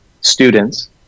students